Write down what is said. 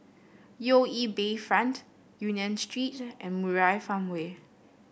U E Bayfront Union Street and Murai Farmway